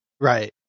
Right